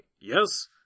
yes